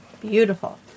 Beautiful